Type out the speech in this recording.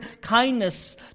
kindness